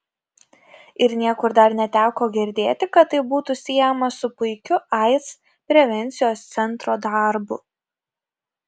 ir niekur dar neteko girdėti kad tai būtų siejama su puikiu aids prevencijos centro darbu